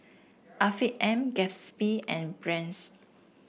Afiq M Gatsby and Brand's